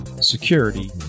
security